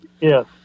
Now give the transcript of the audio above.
Yes